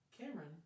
Cameron